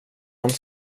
hans